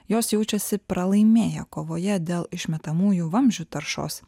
jos jaučiasi pralaimėję kovoje dėl išmetamųjų vamzdžių taršos